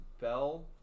Bell